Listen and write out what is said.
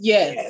Yes